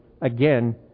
again